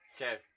Okay